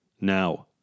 now